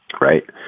right